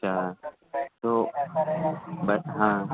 اچھا تو بس ہاں